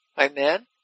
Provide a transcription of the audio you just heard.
Amen